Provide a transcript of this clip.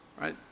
right